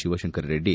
Shivashankar Reddy